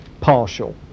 partial